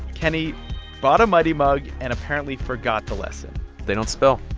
kenny bought a mighty mug and apparently forgot the lesson they don't spill